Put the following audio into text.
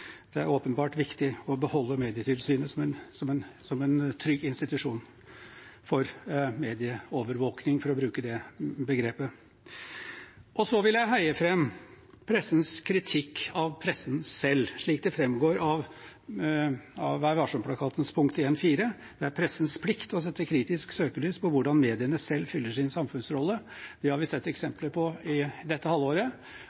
ansvarsområde. Det er viktig å beholde Medietilsynet som en trygg institusjon for medieovervåking, for å bruke det begrepet. Så vil jeg heie fram pressens kritikk av pressen selv, slik det framgår av Vær Varsom-plakatens punkt 1.4: «Det er pressens plikt å sette et kritisk søkelys på hvordan mediene selv fyller sin samfunnsrolle.» Det har vi sett